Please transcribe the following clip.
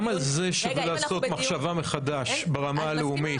גם על זה שווה לעשות מחשבה מחדש ברמה הלאומית.